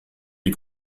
die